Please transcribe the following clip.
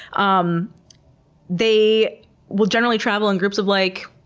um they will generally travel in groups of, like